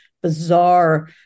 bizarre